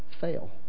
fail